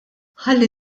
ħalli